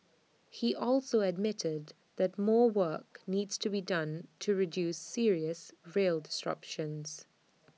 he also admitted that more work needs to be done to reduce serious rail disruptions